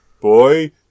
Boy